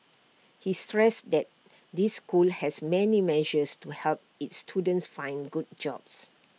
he stressed that this school has many measures to help its students find good jobs